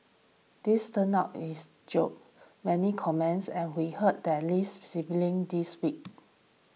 this turns out is joke many comments and we heard the Lee siblings this week